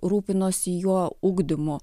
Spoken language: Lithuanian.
rūpinosi juo ugdymu